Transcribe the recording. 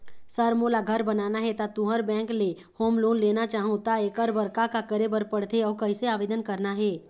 Sir मोला घर बनाना हे ता तुंहर बैंक ले होम लोन लेना चाहूँ ता एकर बर का का करे बर पड़थे अउ कइसे आवेदन करना हे?